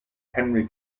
henry